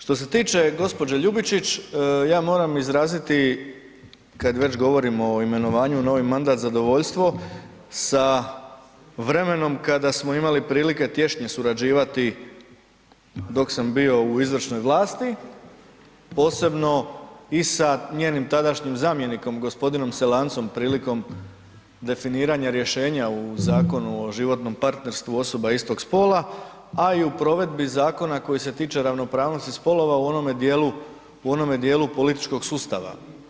Što se tiče gđe. Ljubičić, ja moram izraziti kada već govorimo o imenovanju u novi mandat zadovoljstvo sa vremenom kada smo imali prilike tješnje surađivati dok sam bio u izvršnoj vlasti posebno i sa njenim tadašnjim zamjenikom g. Selancom prilikom definiranja rješenja u Zakonu o životnom partnerstvu osoba istog spola a i u provedbi zakona koji se tiče ravnopravnosti spolova u onome dijelu političkog sustava.